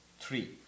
three